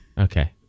okay